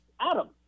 Adam